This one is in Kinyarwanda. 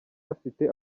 afite